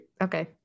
Okay